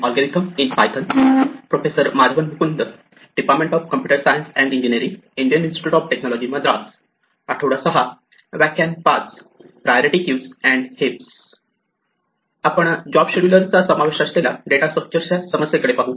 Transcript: आपण job scheduler चा समावेश असलेल्या डेटा स्ट्रक्चर च्या समस्ये कडे पाहू